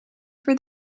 for